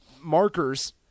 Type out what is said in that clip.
markers